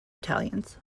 italians